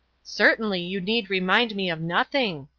certainly, you need remind me of nothing,